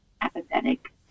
apathetic